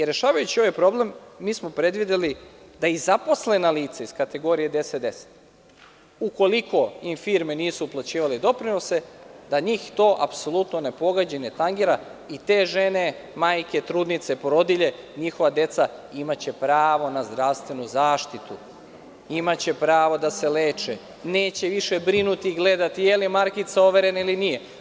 Rešavajući ovaj problem, mi smo predvideli da i zaposlena lica iz kategorije 1010, ukoliko im firme nisu uplaćivale doprinose, da njih to apsolutno ne pogađa i ne tangira i te žene, majke, trudnice, porodilje, njihova deca, imaće pravo na zdravstvenu zaštitu, imaće pravo da se leče, neće više brinuti i gledati je li markica overena ili nije.